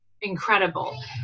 incredible